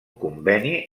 conveni